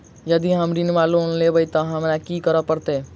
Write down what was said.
यदि हम ऋण वा लोन लेबै तऽ हमरा की करऽ पड़त?